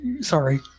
sorry